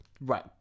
right